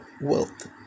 wealth